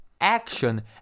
Action